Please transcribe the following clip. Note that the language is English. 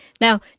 now